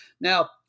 Now